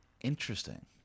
Interesting